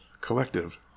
collective